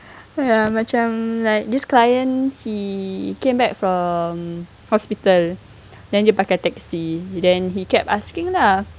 ya macam like this client he came back from hospital then dia pakai taxi then he kept asking lah